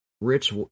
rich